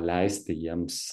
leisti jiems